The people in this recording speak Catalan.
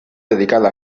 dedicada